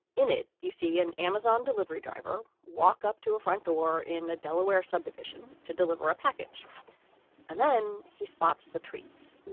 in it, you see an amazon delivery driver walk up to a front door in a delaware subdivision to deliver a package and then he spots the treats